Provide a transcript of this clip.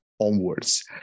onwards